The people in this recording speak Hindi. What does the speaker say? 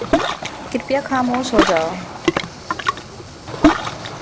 कृपया खामोश हो जाओ